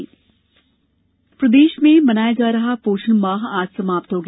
पोषण माह प्रदेश में मनाया जा रहा पोषण माह आज समाप्त हो गया